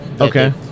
Okay